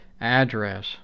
address